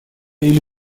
или